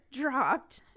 dropped